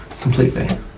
completely